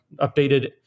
updated